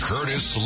Curtis